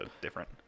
different